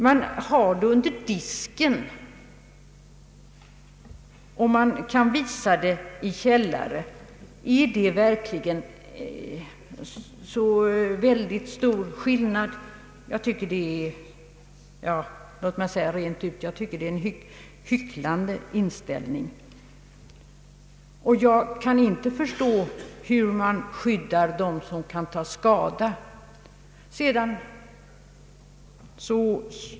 Man har dem under disken och man kan visa dem i källare. Är det verkligen så stor skillnad? Jag tycker rent ut sagt att detta är en hycklande inställning, och jag kan inte förstå hur man skyddar dem som kan ta skada.